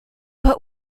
but